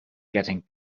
getting